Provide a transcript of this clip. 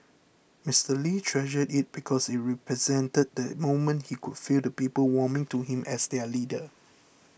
Mister Lee treasured it because it represented the moment he could feel the people warming to him as their leader